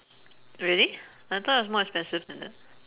really I thought it was more expensive than that